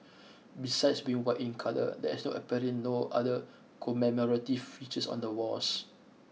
besides being white in colour there is no apparent no other commemorative features on the wares